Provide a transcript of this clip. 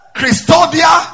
Christodia